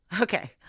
okay